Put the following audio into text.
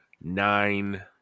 nine